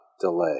delay